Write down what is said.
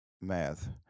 math